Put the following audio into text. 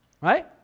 Right